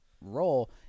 role